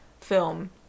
film